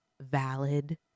valid